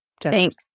Thanks